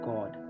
God